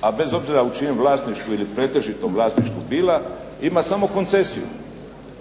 a bez obzira u čijem vlasništvu ili pretežitom vlasništvu bila ima samo koncesiju